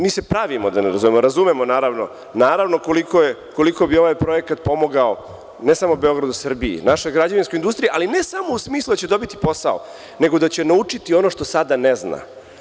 Mi se pravimo da ne razumemo, ali razumemo, naravno, koliko bi ovaj projekat pomogao, ne samo Beogradu i Srbiji, već i našoj građevinskoj industriji, ali ne samo u smislu da će dobiti posao, nego da će naučiti ono što sada ne zna.